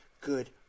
good